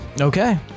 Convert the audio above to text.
Okay